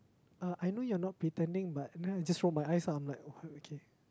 uh I know you are not pretending but and then I just roll my eyes I'm like okay